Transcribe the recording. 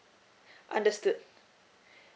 understood